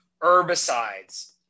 Herbicides